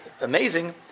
amazing